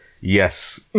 yes